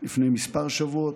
לפני כמה שבועות.